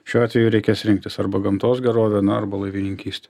šiuo atveju reikės rinktis arba gamtos gerovė na arba laivininkyst